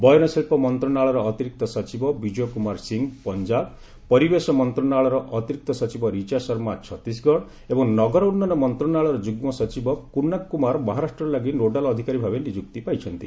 ବୟନଶିଳ୍ପ ମନ୍ତ୍ରଣାଳୟର ଅତିରିକ୍ତ ସଚିବ ବିଜୟ କୁମାର ସିଂ ପଞ୍ଜାବ ପରିବେଶ ମନ୍ତ୍ରଣାଳୟର ଅତିରିକ୍ତ ସଚିବ ରିଚା ଶର୍ମା ଛତିଶଗଡର ଏବଂ ନଗର ଉନ୍ନୟନ ମନ୍ତ୍ରଶାଳୟର ଯୁଗ୍ମ ସଚିବ କୁନାକ୍ କୁମାର ମହାରାଷ୍ଟ୍ର ଲାଗି ନୋଡାଲ ଅଧିକାରୀଭାବେ ନିଯୁକ୍ତି ପାଇଛନ୍ତି